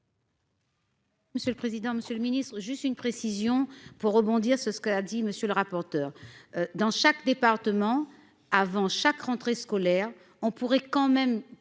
Monsieur le président, Monsieur le Ministre, juste une précision pour rebondir sur ce qu'a dit monsieur le rapporteur, dans chaque département, avant chaque rentrée scolaire, on pourrait quand même